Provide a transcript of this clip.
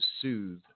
soothe